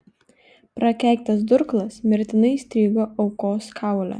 prakeiktas durklas mirtinai įstrigo aukos kaule